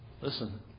Listen